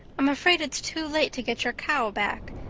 i'm afraid it's too late to get your cow back,